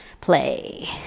play